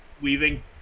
weaving